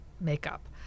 makeup